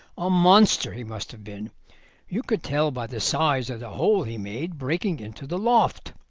a monster he must have been you could tell by the size of the hole he made breaking into the loft.